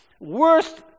Worst